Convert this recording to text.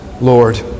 Lord